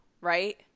right